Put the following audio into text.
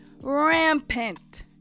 rampant